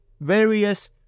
various